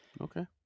Okay